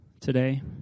today